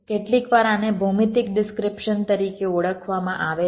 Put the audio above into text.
કેટલીકવાર આને ભૌમિતિક ડિસ્ક્રીપ્શન તરીકે ઓળખવામાં આવે છે